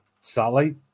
satellite